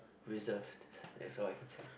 reserved that's all I can say